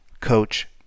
Coach